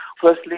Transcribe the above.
Firstly